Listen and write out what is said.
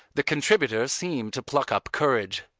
the contributor seemed to pluck up courage.